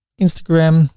instagram